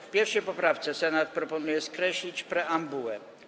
W 1. poprawce Senat proponuje skreślić preambułę.